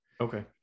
okay